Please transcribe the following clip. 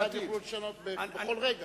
כל 61 יוכלו לשנות בכל רגע.